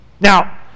Now